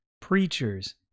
preachers